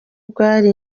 bwari